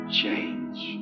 change